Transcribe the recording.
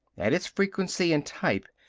at its frequency an' type,